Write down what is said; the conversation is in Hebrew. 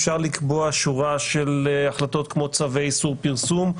אפשר לקבוע שורה של החלטות כמו צווי איסור פרסום,